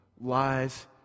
lies